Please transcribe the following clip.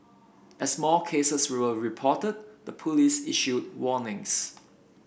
as more cases were reported the police issued warnings